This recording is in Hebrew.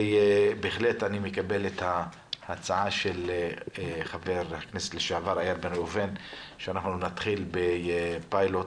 אני מקבל בהחלט את ההצעה של חבר הכנסת לעבר איל בן ראובן שנתחיל בפיילוט